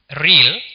real